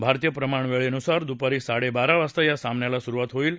भारतीय प्रमाण वेळेनुसार दुपारी साडेबारा वाजता सामन्याला सुरुवात हील